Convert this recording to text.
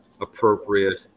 appropriate